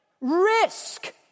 Risk